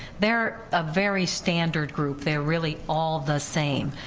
they're a very standard group, they're really all the same.